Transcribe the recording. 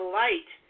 light